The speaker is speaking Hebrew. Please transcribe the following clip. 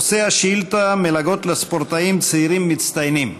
נושא השאילתה: מלגות לספורטאים צעירים מצטיינים.